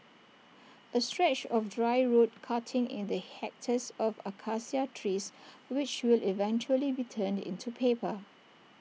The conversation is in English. A stretch of dry road cutting in the hectares of Acacia trees which will eventually be turned into paper